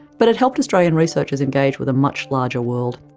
but it helped australian researchers engage with a much larger world.